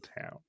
town